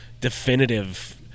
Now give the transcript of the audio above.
definitive